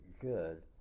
good